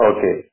Okay